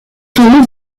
son